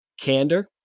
candor